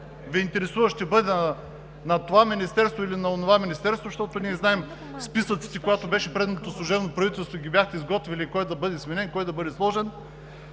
Ви интересува кой ще бъде на това министерство или на онова министерство, защото ние знаем списъците, когато беше предното служебно правителство, бяхте ги изготвили – кой да бъде сменен, кой да бъде сложен.